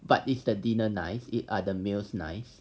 but is the dinner nice is the meals nice